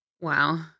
Wow